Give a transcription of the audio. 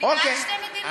אני בעד שתי מדינות,